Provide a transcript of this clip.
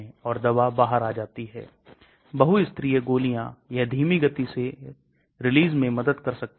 इसलिए हमें इस पर और फिर घातक खुराक पर भी ध्यान देने की आवश्यकता है